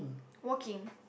walking